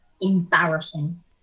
embarrassing